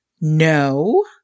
no